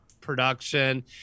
production